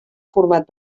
format